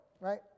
right